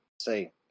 Say